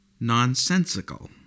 nonsensical